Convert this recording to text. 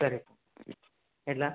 ಸರಿ ಇಡಲಾ